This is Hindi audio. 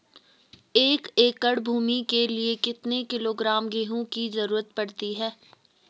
एक एकड़ भूमि के लिए कितने किलोग्राम गेहूँ की जरूरत पड़ती है?